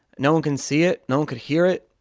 no one can see it. no one could hear it.